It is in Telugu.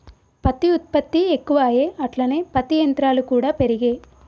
పత్తి ఉత్పత్తి ఎక్కువాయె అట్లనే పత్తి యంత్రాలు కూడా పెరిగే